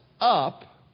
up